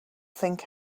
think